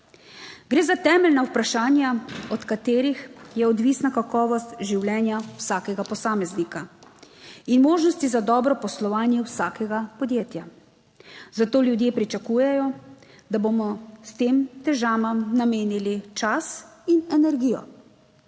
Gre za temeljna vprašanja, od katerih je odvisna kakovost življenja vsakega posameznika in možnosti za dobro poslovanje vsakega podjetja. Zato ljudje pričakujejo, da bomo s tem težavam namenili čas 12.